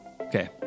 Okay